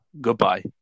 Goodbye